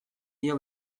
dio